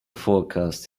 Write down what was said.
forecast